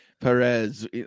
Perez